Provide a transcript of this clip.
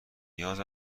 نیاز